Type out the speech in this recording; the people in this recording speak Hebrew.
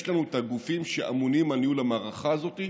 יש לנו את הגופים שאמונים על ניהול המערכה הזאת,